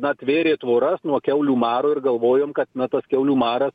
na tvėrė tvoras nuo kiaulių maro ir galvojom na tas kiaulių maras